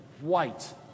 white